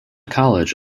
college